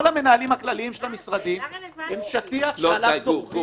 כל המנהלים הכלליים של המשרדים הם שטיח שעליו דורכים,